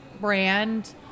brand